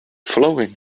following